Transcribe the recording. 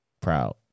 proud